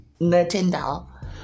Nintendo